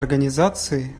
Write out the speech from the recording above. организации